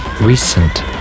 recent